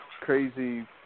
crazy